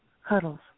Huddles